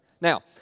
Now